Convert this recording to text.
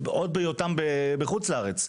עתיד הספורט הישראלי, ו-ב', יש מדינה שרוצה לעזור,